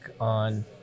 on